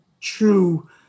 true